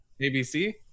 abc